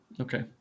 Okay